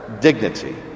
dignity